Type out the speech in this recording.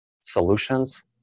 solutions